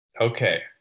Okay